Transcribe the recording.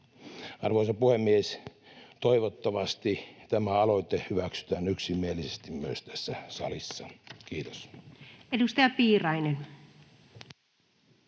Arvoisa puhemies! Toivottavasti tämä aloite hyväksytään yksimielisesti myös tässä salissa. — Kiitos. [Speech